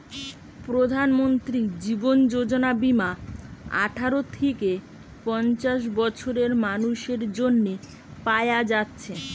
প্রধানমন্ত্রী জীবন যোজনা বীমা আঠারো থিকে পঞ্চাশ বছরের মানুসের জন্যে পায়া যাচ্ছে